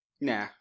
Nah